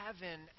heaven